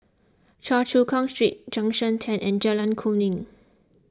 Choa Chu Kang Street Junction ten and Jalan Kemuning